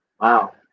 wow